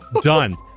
Done